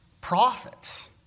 prophets